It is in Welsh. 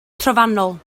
trofannol